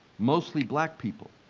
mostly black people.